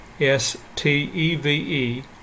S-T-E-V-E